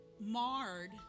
marred